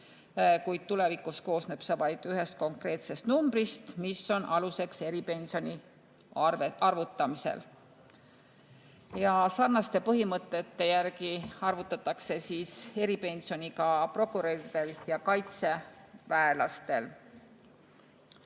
kuid tulevikus koosneb see vaid ühest konkreetsest numbrist, mis on aluseks eripensioni arvutamisel. Sarnaste põhimõtete järgi arvutatakse eripensioni ka prokuröridel ja kaitseväelastel.